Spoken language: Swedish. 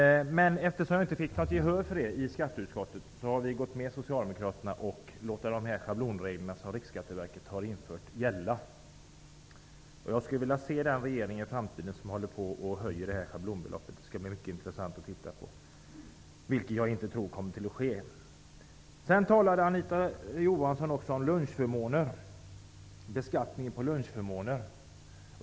Eftersom vi inte fick något gehör för det i skatteutskottet har vi gått med Socialdemokraterna och låter de schablonregler som Riksskatteverket har infört gälla. Jag skulle vilja se den regering som höjer beskattningen på schablonbeloppet i framtiden. Det skall bli mycket intressant. Jag tror inte att det kommer att ske. Sedan talade Anita Johansson också om beskattningen på lunchförmåner.